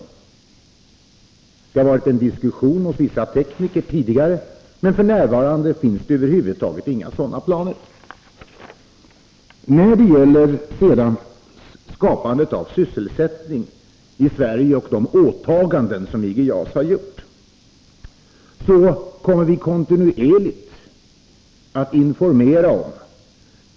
Det har tidigare förekommit en diskussion hos vissa tekniker, men f. n. finns det över huvud taget inga sådana planer. När det sedan gäller frågan om skapande av sysselsättning i Sverige och de åtaganden som IG JAS har gjort, kommer vi kontinuerligt att lämna information.